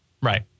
Right